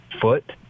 foot